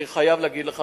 אני חייב להגיד לך,